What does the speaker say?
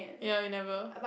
ya we never